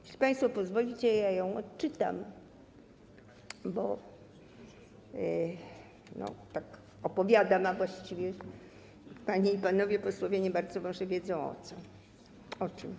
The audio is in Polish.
Jeśli państwo pozwolicie, ja ją odczytam, bo tak opowiadam, a właściwie panie i panowie posłowie nie bardzo może wiedzą, o czym.